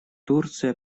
турция